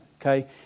okay